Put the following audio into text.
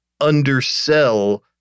undersell